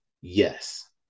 Yes